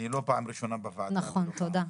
אני לא פעם ראשונה בוועדה ולא בפעם